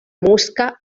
mosca